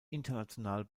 international